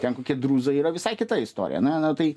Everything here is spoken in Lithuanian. ten kokie drūzai yra visai kita istorija na na tai